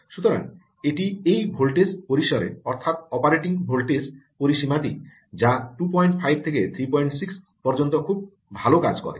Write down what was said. সুতরাং এটি এই ভোল্টেজ পরিসরে অর্থাৎ অপারেটিং ভোল্টেজ পরিসীমাটি যা 25 থেকে 36 পর্যন্ত খুব ভালো কাজ করে